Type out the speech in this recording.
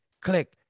click